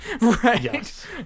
right